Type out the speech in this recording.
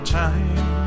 time